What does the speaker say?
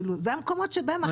אלה המקומות שבהם הכי הרבה נוסעים.